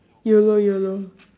YOLO YOLO